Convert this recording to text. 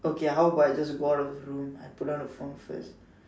okay how about I just go out of the room I put out the phone first